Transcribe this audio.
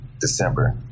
December